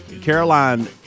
Caroline –